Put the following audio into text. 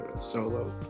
solo